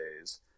days